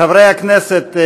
חברי הכנסת,